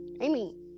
Amy